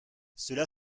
cela